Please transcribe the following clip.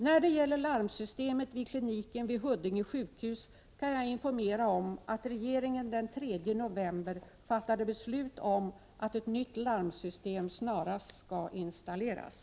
När det gäller larmsystemet vid kliniken vid Huddinge sjukhus kan jag informera om att regeringen den 3 november fattade beslut om att ett nytt larmsystem snarast skall installeras.